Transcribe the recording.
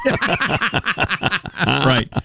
Right